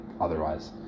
otherwise